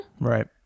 Right